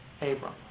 Abram